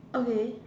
okay